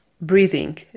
breathing